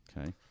Okay